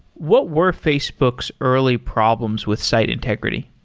what were facebook's early problems with site integrity?